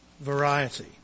variety